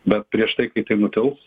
bet prieš tai kai tai nutils